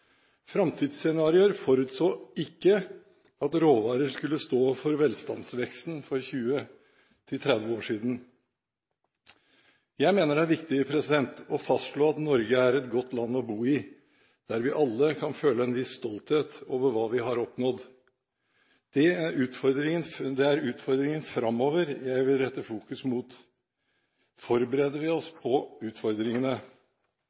Framtidsscenarioer forutså ikke at råvarer skulle stå for velstandsveksten for 20–30 år siden. Jeg mener det er viktig å fastslå at Norge er et godt land å bo i, der vi alle kan føle en viss stolthet over hva vi har oppnådd – det er utfordringene framover jeg vil rette fokus mot. Forbereder vi